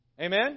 Amen